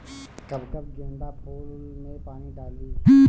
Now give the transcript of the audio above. कब कब गेंदा फुल में पानी डाली?